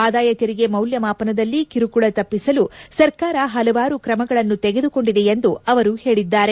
ಆದಾಯ ತೆರಿಗೆ ಮೌಲ್ಲಮಾಪನದಲ್ಲಿ ಕಿರುಕುಳ ತಪ್ಪಿಸಲು ಸರ್ಕಾರ ಹಲವಾರು ಕ್ರಮಗಳನ್ನು ತೆಗೆದುಕೊಂಡಿದೆ ಎಂದು ಅವರು ಹೇಳದ್ದಾರೆ